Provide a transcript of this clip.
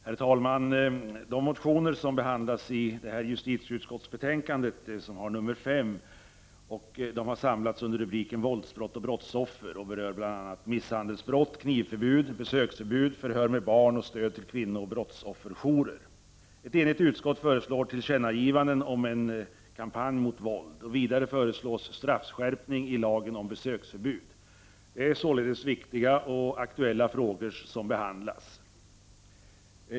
Herr talman! De motioner som behandlas i justitieutskottets betänkande nr 5 har samlats under rubriken Våldsbrott och brottsoffer och berör bl.a. misshandelsbrott, knivförbud, besöksförbud, förhör med barn och stöd till kvinnooch brottsofferjourer. Ett enigt utskott föreslår tillkännagivande om en kampanj mot våld. Vidare föreslås straffskärpning i lagen om besöksförbud. Det är således viktiga och aktuella frågor som behandlas.